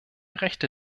rechte